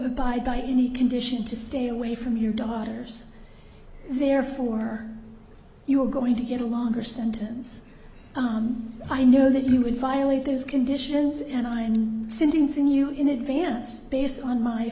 abide by any condition to stay away from your daughter's therefore you're going to get a longer sentence i know that you would violate those conditions and i sentencing you in advance based on my